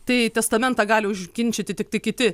tai testamentą gali užginčyti tiktai kiti